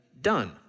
done